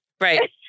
Right